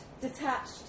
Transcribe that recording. detached